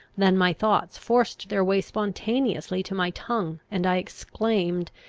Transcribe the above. than my thoughts forced their way spontaneously to my tongue, and i exclaimed,